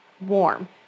warm